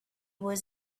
was